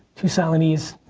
to celanese.